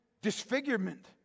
disfigurement